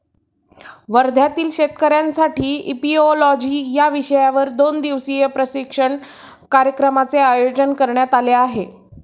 वर्ध्यातील शेतकऱ्यांसाठी इपिओलॉजी या विषयावर दोन दिवसीय प्रशिक्षण कार्यक्रमाचे आयोजन करण्यात आले आहे